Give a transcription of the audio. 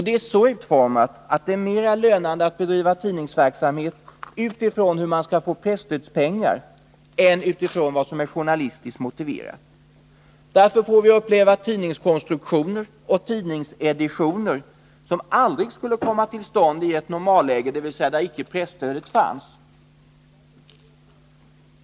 Det är så utformat att det är mera lönande att bedriva tidningsverksamhet utifrån hur man skall kunna få ut presstödspengar än utifrån vad som är journalistiskt motiverat. Därför får vi uppleva tidningskonstruktioner och tidningseditioner som aldrig skulle komma till stånd i ett normalläge, dvs. där presstödet icke fanns.